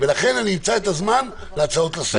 ולכן אני אמצא את הזמן להצעות לסדר.